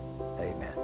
amen